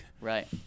Right